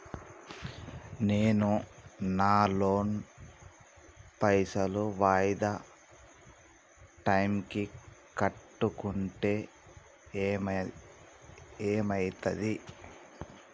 నేను నా లోన్ పైసల్ వాయిదా టైం కి కట్టకుంటే ఏమైతది?